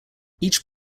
each